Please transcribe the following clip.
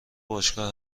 باشگاه